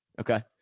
Okay